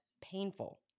painful